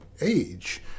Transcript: age